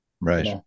Right